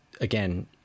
again